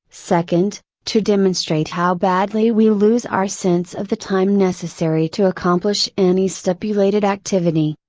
second, to demonstrate how badly we lose our sense of the time necessary to accomplish any stipulated activity.